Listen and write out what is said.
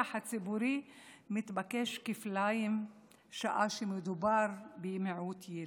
הציבורי מתבקש כפליים שעה שמדובר במיעוט ילידי.